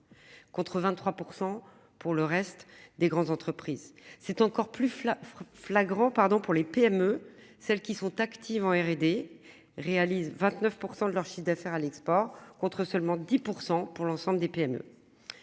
Contre 23% pour le reste des grandes entreprises. C'est encore plus flagrant flagrant pardon pour les PME, celles qui sont actives en R&D réalisent 29% de leur chiffre d'affaires à l'export, contre seulement 10% pour l'ensemble des PME.